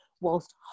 whilst